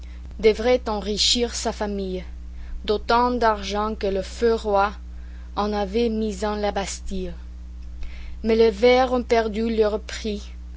devrait enrichir sa famille d'autant d'argent que le feu roi en avait mis en la bastille mais les vers ont perdu leur prix